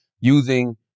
using